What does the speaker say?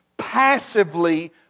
passively